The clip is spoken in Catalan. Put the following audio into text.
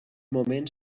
moment